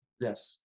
Yes